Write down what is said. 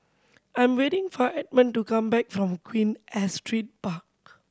I'm waiting for Edmund to come back from Queen Astrid Park